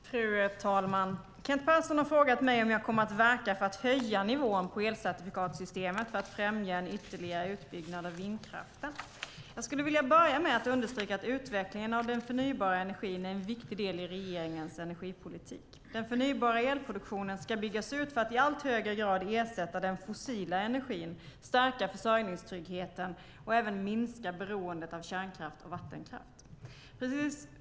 Fru talman! Kent Persson har frågat mig om jag kommer att verka för att höja nivån på elcertifikatssystemet för att främja en ytterligare utbyggnad av vindkraften. Jag skulle vilja börja med att understryka att utvecklingen av den förnybara energin är en viktig del i regeringens energipolitik. Den förnybara elproduktionen ska byggas ut för att i allt högre grad ersätta den fossila energin, stärka försörjningstryggheten och även minska beroendet av kärnkraft och vattenkraft.